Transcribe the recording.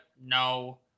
No